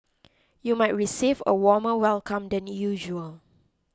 you might receive a warmer welcome than usual